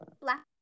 black